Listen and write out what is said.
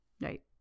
Right